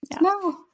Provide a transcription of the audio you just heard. No